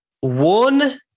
One